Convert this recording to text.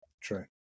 True